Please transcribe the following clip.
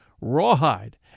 Rawhide